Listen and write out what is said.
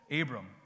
Abram